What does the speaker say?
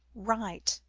right,